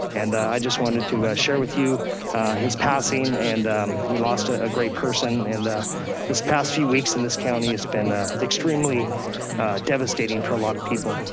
and i just wanted to share with you his passing and we lost ah a great person and this past few weeks in this county has been extremely devastating for a lot of people.